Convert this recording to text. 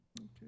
okay